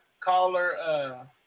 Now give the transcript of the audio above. Caller